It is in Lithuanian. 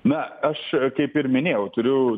na aš kaip ir minėjau turiu